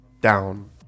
down